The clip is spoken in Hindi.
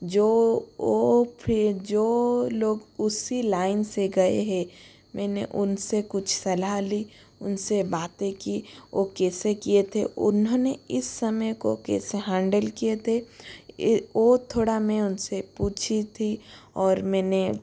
जो वो फिर जो लोग उसी लाइन से गए है मैंने उनसे कुछ सलाह ली उनसे बातें की वो कैसे किए थे उन्होंने इस समय को कैसे हैंडल किए थे वो थोड़ा मैं उनसे पूछी थी और मैंने